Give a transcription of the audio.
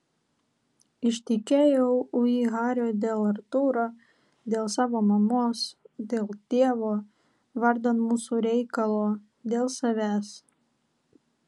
ištekėjau ui hario dėl artūro dėl savo mamos dėl dievo vardan mūsų reikalo dėl savęs